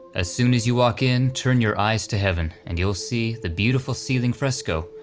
as soon as you walk in turn your eyes to heaven and you'll see the beautiful ceiling fresco,